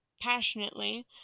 passionately